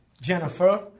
Jennifer